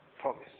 promise